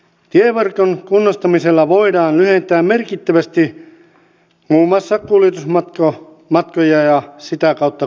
tieverkon kunnostamisella voidaan lyhentää merkittävästi muun muassa kuljetusmatkoja ja sitä kautta kustannuksia